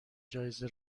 جایزه